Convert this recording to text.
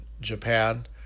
Japan